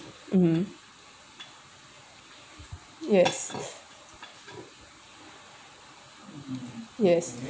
mmhmm yes yes